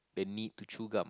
the need to chew gum